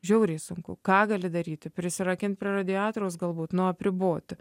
žiauriai sunku ką gali daryti prisirakint prie radiatoriaus galbūt nu apriboti